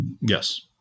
Yes